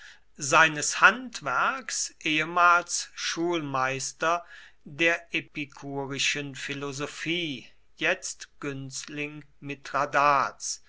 seines handwerks ehemals schulmeister der epikurischen philosophie jetzt